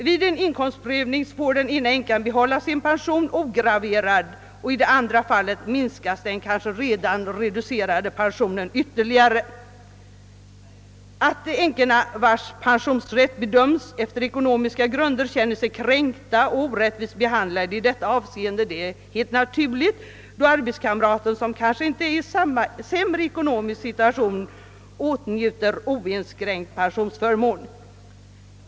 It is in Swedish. Den ena änkan får vid en inkomstprövning behålla sin pension ograverad, medan den andra änkans kanske förut reducerade pension minskas ytterligare. Att en änka vilkens pensionsrätt bedöms efter andra ekonomiska grunder känner sig kränkt och orättvist behandlad är helt naturligt, då arbetskamraten — som kanske inte har någon sämre ekonomisk situation — åtnjuter oinskränkt pensionsförmån.